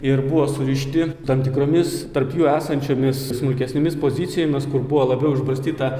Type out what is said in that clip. ir buvo surišti tam tikromis tarp jų esančiomis smulkesnėmis pozicijomis kur buvo labiau išbarstyta